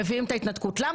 מביאים את ה התנתקות.